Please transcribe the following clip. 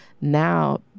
now